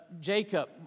Jacob